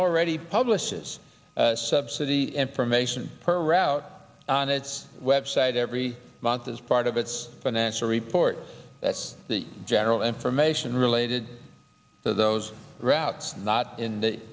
already publishes subsidy information per route on its website every month as part of its financial reports that's the general information related to those routes not in the